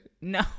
No